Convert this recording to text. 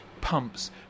pumps